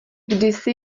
kdysi